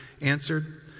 answered